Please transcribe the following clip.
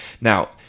Now